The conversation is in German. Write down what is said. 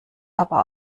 aber